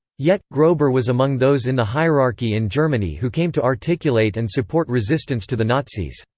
yet, grober was among those in the hierarchy in germany who came to articulate and support resistance to the nazis.